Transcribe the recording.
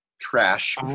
trash